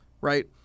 right